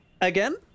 Again